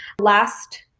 Last